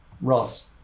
Ross